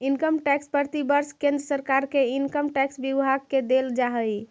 income tax प्रतिवर्ष केंद्र सरकार के इनकम टैक्स विभाग के देल जा हई